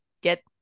get